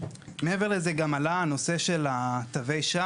מעבר לכך, עלה הנושא של תווי השי